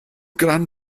grand